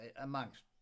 amongst